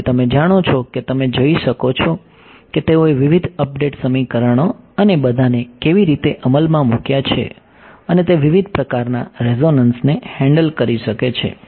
તેથી તમે જાણો છો કે તમે જઈ શકો છો કે તેઓએ વિવિધ અપડેટ સમીકરણો અને બધાને કેવી રીતે અમલમાં મૂક્યા છે અને તે વિવિધ પ્રકારના રેઝોનન્સને હેન્ડલ કરી શકે છે